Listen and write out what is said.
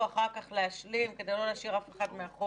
אחר כך להשלים כדי לא להשאיר אף אחד מאחור.